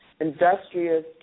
industrious